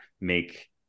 make